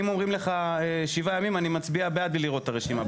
ואם אומרים לך שבעה ימים אני מצביע בעד בלי לראות את הרשימה,